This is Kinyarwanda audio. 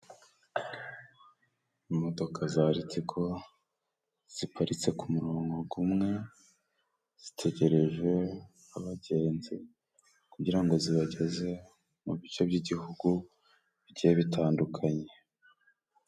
Imodoka za Ritiko ziparitse ku murongo gumwe, zitegereje abagenzi kugira ngo zibageze mu bice by'igihugu bigiye bitandukanye.